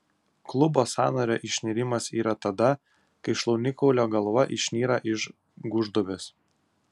klubo sąnario išnirimas yra tada kai šlaunikaulio galva išnyra iš gūžduobės